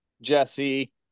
Jesse